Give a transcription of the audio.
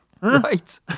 right